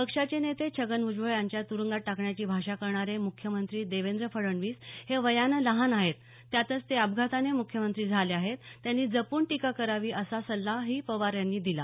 पक्षाचे नेते छगन भुजबळ यांना तुरुंगात टाकण्याची भाषा करणारे मुख्यमंत्री देवेंद्र फडनवीस हे वयानं लहान आहेत त्यातच ते अपघाताने मुख्यमंत्री झाले आहेत त्यांनी जपून टीका करावी असा सल्ला पवार यांनी यावेळी दिला